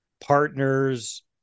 partners